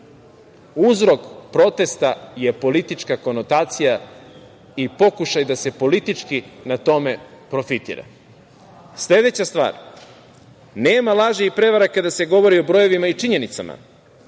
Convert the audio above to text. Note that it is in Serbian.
uzrok protesta je politička konotacija i pokušaj da se politički na tome profitira. Sledeća stvar – nema laži i prevare kada se govori o brojevima i činjenicama.